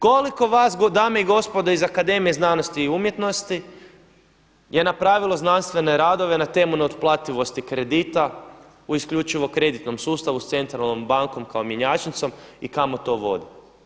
Koliko vas dame i gospodo iz Akademije znanosti i umjetnosti je napravilo znanstvene radove na temu neotplativosti kredita u isključivo kreditnom sustavu s centralnom bankom kao mjenjačnicom i kamo to vodi?